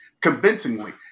convincingly